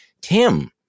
Tim